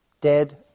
Dead